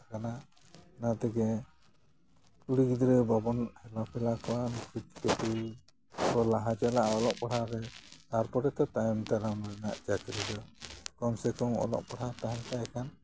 ᱚᱱᱟ ᱛᱮᱜᱮ ᱠᱩᱲᱤ ᱜᱤᱫᱽᱨᱟᱹ ᱵᱟᱵᱚᱱ ᱦᱮᱞᱟ ᱯᱷᱮᱞᱟ ᱠᱚᱣᱟ ᱠᱷᱩᱛ ᱠᱟᱹᱴᱤ ᱠᱚ ᱞᱟᱦᱟ ᱪᱟᱞᱟᱜᱼᱟ ᱚᱞᱚᱜ ᱯᱟᱲᱦᱟᱜ ᱨᱮ ᱟᱨ ᱛᱟᱨᱯᱚᱨᱮ ᱫᱚ ᱛᱟᱭᱚᱢ ᱫᱟᱨᱟᱢ ᱨᱮᱱᱟᱜ ᱪᱟᱹᱠᱨᱤ ᱫᱚ ᱠᱚᱢ ᱥᱮ ᱠᱚᱢ ᱚᱞᱚᱜ ᱯᱟᱲᱦᱟᱣ ᱛᱟᱦᱮᱱ ᱛᱟᱭ ᱠᱷᱟᱱ